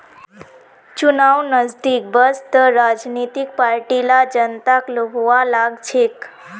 चुनाव नजदीक वस त राजनीतिक पार्टि ला जनताक लुभव्वा लाग छेक